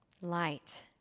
light